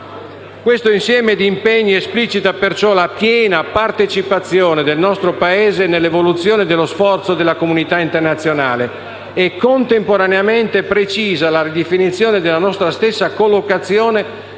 Questo insieme di impegni esplicita perciò la piena partecipazione del nostro Paese nell'evoluzione dello sforzo della comunità internazionale e contemporaneamente precisa la definizione della nostra stessa collocazione